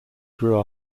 grew